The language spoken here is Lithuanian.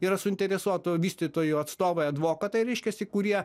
yra suinteresuotų vystytojų atstovai advokatai reiškiasi kurie